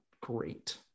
great